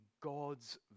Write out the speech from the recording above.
God's